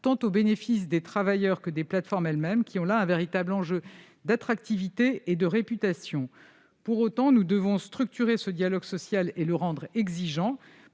tant au bénéfice des travailleurs que des plateformes elles-mêmes, qui ont là un véritable enjeu d'attractivité et de réputation. Pour autant, nous devons structurer ce dialogue social et le rendre exigeant